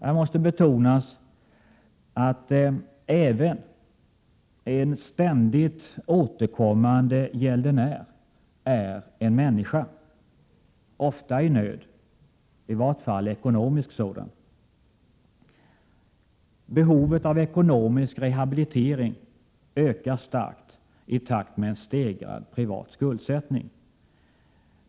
Här måste betonas att även en ständigt återkommande gäldenär är en människa — ofta i nöd, i varje fall ekonomisk sådan. Behovet av ekonomisk rehabilitering ökar starkt i takt med en stegrad privat skuldsättning.